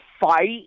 fight